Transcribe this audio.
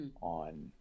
on